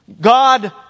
God